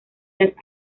las